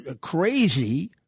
crazy